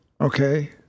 Okay